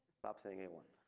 stop saying anyone.